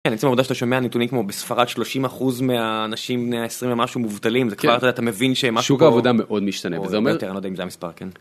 כן עצם העובדה שאתה שומע נתונים כמו בספרד שלושים אחוז מהאנשים בני העשרים ומשהו מובטלים וכבר אתה מבין שמשהו שוק עבודה מאוד משתנה.